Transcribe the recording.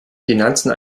finanzen